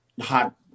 hot